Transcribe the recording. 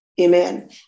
Amen